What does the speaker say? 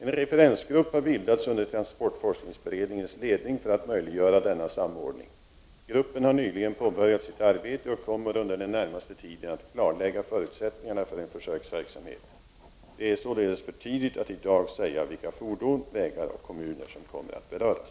En referensgrupp har bildats under transportforskningsberedningens ledning för att möjliggöra denna samordning. Gruppen har nyligen påbörjat sitt arbete och kommer under den närmaste tiden att klarlägga förutsättningarna för en försöksverksamhet. Det är således för tidigt att i dag säga vilka fordon, vägar och kommuner som kommer att beröras.